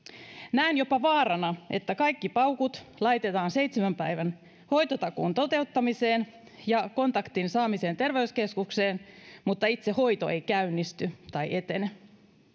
näen jopa vaarana että kaikki paukut laitetaan seitsemän päivän hoitotakuun toteuttamiseen ja kontaktin saamiseen terveyskeskukseen mutta itse hoito ei käynnisty tai etene